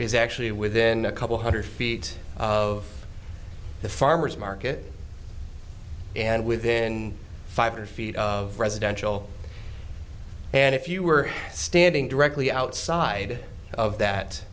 is actually within a couple hundred feet of the farmer's market and within five hundred feet of residential and if you were standing directly outside of